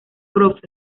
prof